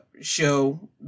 show